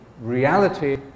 reality